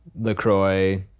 Lacroix